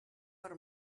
per